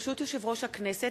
ברשות יושב-ראש הכנסת,